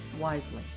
wisely